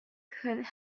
could